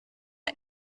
der